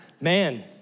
Man